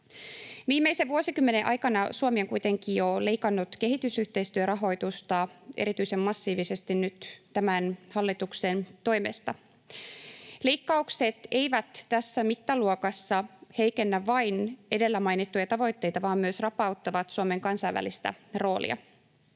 Viimeisen vuosikymmenen aikana Suomi on kuitenkin jo leikannut kehitysyhteistyörahoitusta, erityisen massiivisesti nyt tämän hallituksen toimesta. Leikkaukset eivät tässä mittaluokassa heikennä vain edellä mainittuja tavoitteita vaan myös rapauttavat Suomen kansainvälistä roolia.